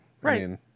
Right